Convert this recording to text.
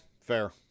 fair